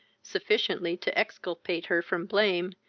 sufficiently to exculpate her from blame,